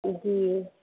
जी